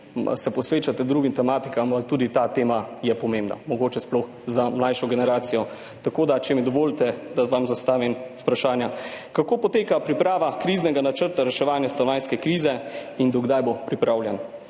se posvečate drugim tematikam, a tudi ta tema je pomembna, mogoče sploh za mlajšo generacijo. Če mi dovolite, vam zastavim vprašanja: Kako poteka priprava kriznega načrta reševanja stanovanjske krize in do kdaj bo pripravljen?